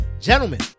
Gentlemen